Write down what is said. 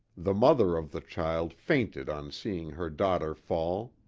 the mother of the child fainted on seeing her daughter fall.